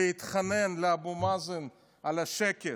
להתחנן לאבו מאזן לשקט,